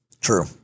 true